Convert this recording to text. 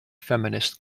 feminist